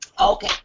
okay